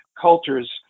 cultures